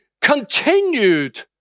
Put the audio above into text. continued